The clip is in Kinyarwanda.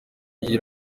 iyi